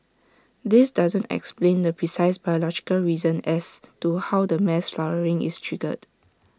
this doesn't explain the precise biological reason as to how the mass flowering is triggered